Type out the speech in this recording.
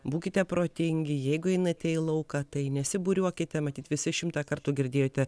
būkite protingi jeigu einate į lauką tai nesibūriuokite matyt visi šimtą kartų girdėjote